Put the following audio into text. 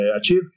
achieve